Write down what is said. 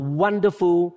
wonderful